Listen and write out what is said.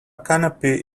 canopy